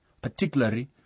Particularly